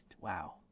wow